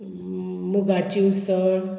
मुगाची उसळ